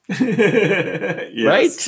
Right